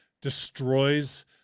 destroys